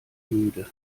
müde